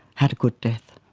had a good death.